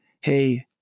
Hey